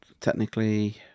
technically